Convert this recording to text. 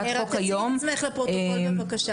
החוק היום -- רק תציגי את עצמך לפרוטוקול בבקשה.